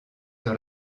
sur